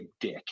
dick